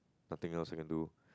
nothing else I can do